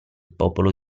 popolo